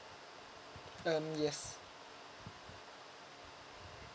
um yes